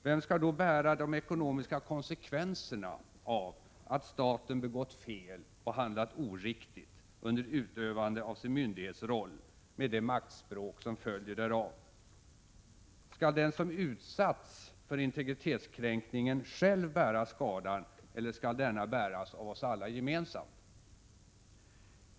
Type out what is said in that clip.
Vem skall då bära de ekonomiska konsekvenserna av att staten begått fel och handlat oriktigt under utövande av sin myndighetsroll med det maktspråk som följer därav? Skall den som utsatts för integritetskränkningen själv bära skadan eller skall denna bäras av oss alla gemensamt?